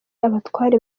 abatware